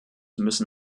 müssen